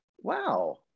wow